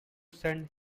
send